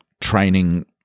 training